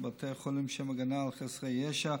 בבתי חולים לשם הגנה על חסרי ישע),